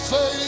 Say